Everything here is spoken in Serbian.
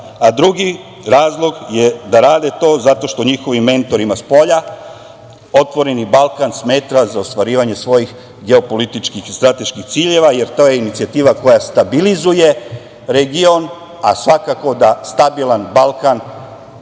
Drugi razlog je da rade to zato što njihovim mentorima spolja "Otvoreni Balkan" smeta za ostvarivanje svojih geopolitičkih i strateških ciljeva, jer to je inicijativa koja stabilizuje region, a svakako da stabilan Balkan